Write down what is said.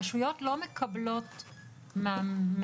אני לא אומר לה "רוצי" וזהו.